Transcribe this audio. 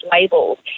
labels